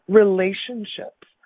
relationships